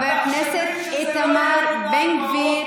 בבקשה, חבר הכנסת איתמר בן גביר.